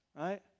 right